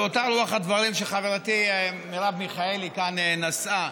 באותה רוח הדברים שחברתי מרב מיכאלי כאן נשאה,